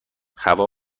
هوا